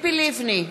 ציפי לבני,